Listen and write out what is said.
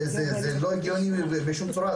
זה לא הגיוני בשום צורה,